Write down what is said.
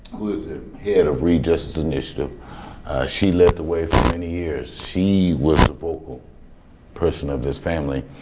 who is the head of reed justice initiative she led the way for many years. she was the vocal person of this family.